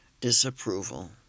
disapproval